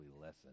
lessen